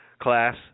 class